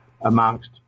amongst